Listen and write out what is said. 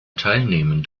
teilnehmen